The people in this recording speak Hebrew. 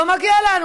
לא מגיע לנו,